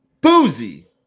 boozy